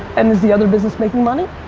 and is the other business making money?